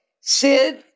Sid